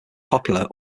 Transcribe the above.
poplar